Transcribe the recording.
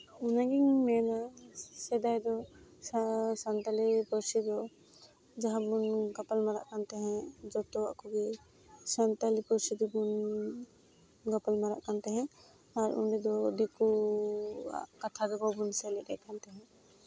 ᱚᱱᱟᱜᱤᱧ ᱢᱮᱱᱟ ᱥᱮᱫᱟᱭ ᱫᱚ ᱥᱟᱱᱛᱟᱲᱤ ᱯᱟᱹᱨᱥᱤ ᱫᱚ ᱡᱟᱦᱟᱸ ᱵᱚᱱ ᱜᱟᱯᱟᱞ ᱢᱟᱨᱟᱜ ᱠᱟᱱ ᱛᱟᱦᱮᱸᱜ ᱡᱚᱛᱚᱣᱟᱜ ᱠᱚᱜᱮ ᱥᱟᱱᱛᱟᱲᱤ ᱯᱟᱹᱨᱥᱤ ᱛᱮᱵᱚᱱ ᱜᱟᱯᱟᱞ ᱢᱟᱨᱟᱜ ᱠᱟᱱ ᱛᱟᱦᱮᱸᱜ ᱟᱨ ᱚᱸᱰᱮ ᱫᱚ ᱫᱤᱠᱩᱣᱟᱜ ᱠᱟᱛᱟ ᱫᱚ ᱵᱟᱵᱚᱱ ᱥᱮᱞᱮᱫᱮᱜ ᱠᱟᱱ ᱛᱟᱦᱮᱱᱟ